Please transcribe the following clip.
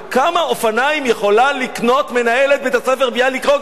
כמה אופניים יכולה לקנות מנהלת בית-הספר "ביאליק-רוגוזין"?